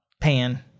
pan